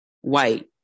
white